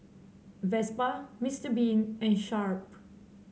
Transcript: Vespa Mister Bean and Sharp